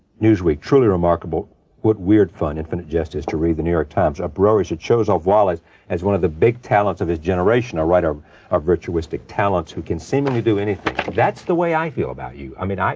newsweek, truly remarkable. what weird fun infinite jest is to read. the new york times, uproarious. it shows off wallace as one of the big talents of his generation, a writer of virtuosic talents who can seemingly do anything. that's the way i feel about you. i mean, i,